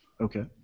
Okay